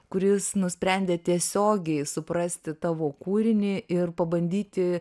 kuris nusprendė tiesiogiai suprasti tavo kūrinį ir pabandyti